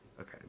Okay